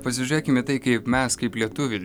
pasižėkim į tai kaip mes kaip lietuviai